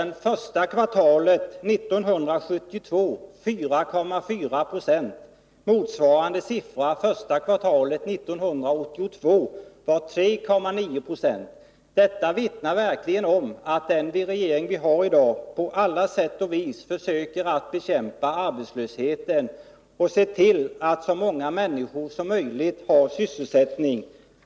Första kvartalet 1972 var arbetslösheten där 4,4 90. Motsvarande siffra första kvartalet 1982 var 3,9 26. Detta vittnar verkligen om att den regering vi har i dag på alla sätt och vis försöker att bekämpa arbetslösheten och se till att så många människor som möjligt har sysselsättning.